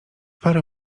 parę